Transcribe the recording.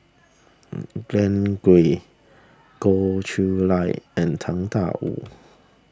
Glen Goei Goh Chiew Lye and Tang Da Wu